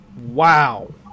Wow